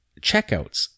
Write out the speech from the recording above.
checkouts